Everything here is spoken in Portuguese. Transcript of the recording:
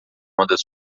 ondas